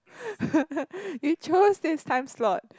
you chose this time slot